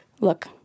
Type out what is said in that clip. look